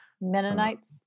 Mennonites